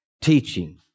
teaching